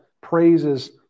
praises